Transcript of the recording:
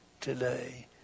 today